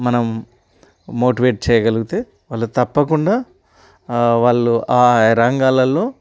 మనం మోటివేట్ చేయగలిగితే వాళ్ళు తప్పకుండా వాళ్ళు ఆ రంగాలల్లో